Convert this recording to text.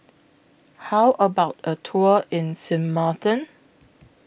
How about A Tour in Sint Maarten